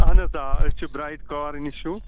اَہَن آ أسۍ چھِ برٛایِٹ کار اِنشوٗ